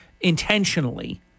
intentionally